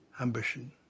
ambition